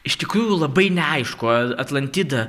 iš tikrųjų labai neaišku ar atlantida